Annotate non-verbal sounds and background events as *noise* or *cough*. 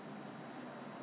really snail *laughs*